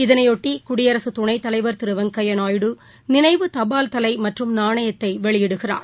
இதனைபொட்டிகுடியரசுத் துணைத்தலைவர் திருவொங்கையாநாயுடு நினைவு தபால்தலைமற்றும் நாணயத்தைவெளியிடுகிறார்